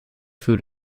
food